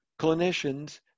Clinicians